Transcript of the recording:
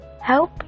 help